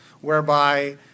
whereby